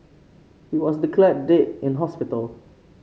he was declared dead in hospital